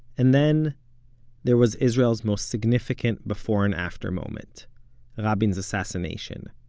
and then there was israel's most significant before and after moment rabin's assassination.